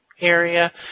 area